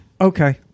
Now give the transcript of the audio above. Okay